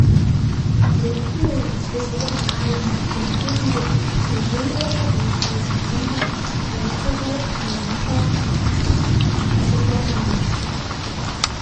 turkijoje buvo įkalinti penki vyrai įžeidę šalies prezidentą recepą tayyipą erdoganą